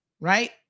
right